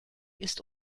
ist